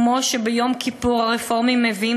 כמו שביום כיפור הרפורמים מביאים